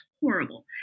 horrible